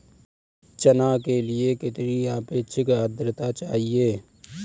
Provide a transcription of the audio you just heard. चना के लिए कितनी आपेक्षिक आद्रता चाहिए?